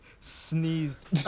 sneezed